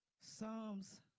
Psalms